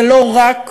זה לא רק.